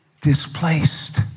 displaced